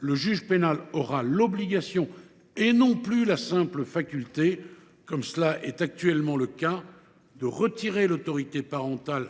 le juge pénal aura l’obligation – et non plus la simple faculté, comme cela est actuellement le cas – de retirer l’autorité parentale